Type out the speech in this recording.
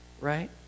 right